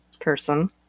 person